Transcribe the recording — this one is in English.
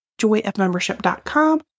joyofmembership.com